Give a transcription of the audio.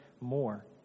more